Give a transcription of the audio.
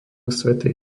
svätej